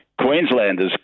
queenslanders